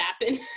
happen